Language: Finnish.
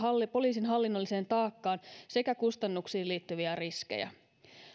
poliisin hallinnolliseen taakkaan sekä kustannuksiin liittyviä riskejä